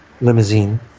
limousine